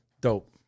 Dope